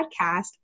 podcast